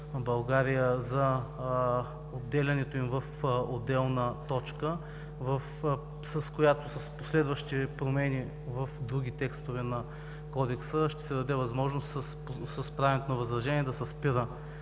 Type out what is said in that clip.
за отделянето им в отделна точка, с която с последващи промени в други текстове на Кодекса ще се даде възможност с правенето на възражение да се спира